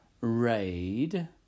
raid